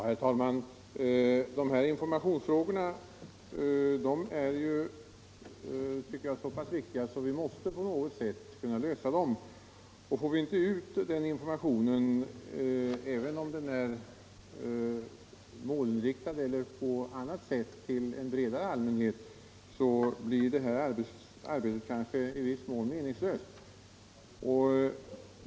Herr talman! De här informationsfrågorna är enligt min mening så viktiga att vi måste på något sätt lösa dem. Får brottsförebyggande rådet inte ut information — målinriktad eller avsedd för en bredare allmänhet — blir arbetet kanske i viss mån meningslöst.